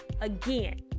again